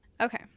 Okay